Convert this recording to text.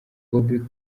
bobi